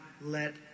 let